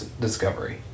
Discovery